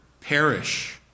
perish